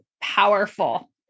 powerful